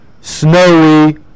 snowy